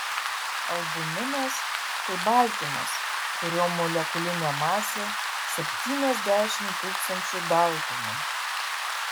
albuminas tai baltymas kurio molekulinė masė septyniasdešimt tūkstančių daltonų